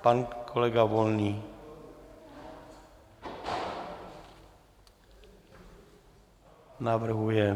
Pan kolega Volný navrhuje?